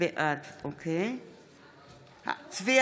בעד צבי